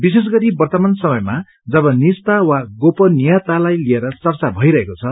विशेषगरी वर्तमान समयमा जब निजता वा गोपनीयतालाई लिएर चर्चा भइरहेको छ